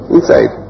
Inside